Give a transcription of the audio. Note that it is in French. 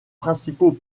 principaux